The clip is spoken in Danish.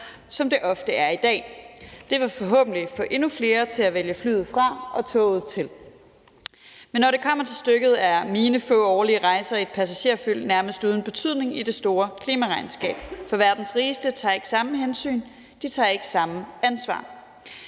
som det ofte er i dag. Det vil forhåbentlig få endnu flere til at vælge flyet fra og toget til. Men når det kommer til stykket, er mine få årlige rejser i et passagerfly nærmest uden betydning i det store klimaregnskab, for verdens rigeste tager ikke samme hensyn; de tager ikke samme ansvar.